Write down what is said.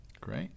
great